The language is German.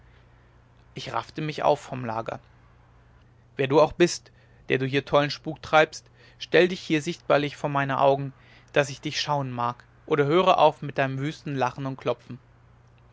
ich raffte mich auf vom lager wer du auch bist der du hier tollen spuk treibst stell dich her sichtbarlich vor meine augen daß ich dich schauen mag oder höre auf mit deinem wüsten lachen und klopfen